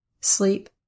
sleep